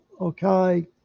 okay